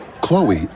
Chloe